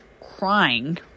crying